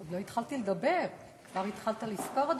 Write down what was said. עוד לא התחלתי לדבר וכבר התחלת לספור,